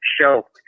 show